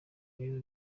rero